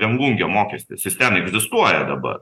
viengungio mokestis jis ten egzistuoja dabar